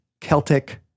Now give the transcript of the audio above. Celtic